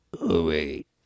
Wait